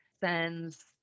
sends